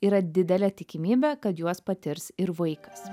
yra didelė tikimybė kad juos patirs ir vaikas